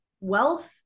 Wealth